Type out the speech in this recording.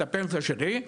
את הפנסיה שלי,